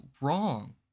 wrong